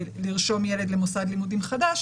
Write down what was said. לרשום ילד למוסד לימודים חדש,